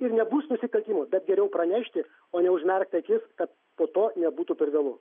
ir nebus nusikaltimų bet geriau pranešti o neužmerkti akis kad po to nebūtų per vėlu